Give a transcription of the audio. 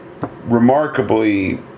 remarkably